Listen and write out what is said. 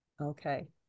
Okay